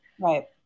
right